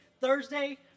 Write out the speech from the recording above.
thursday